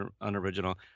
unoriginal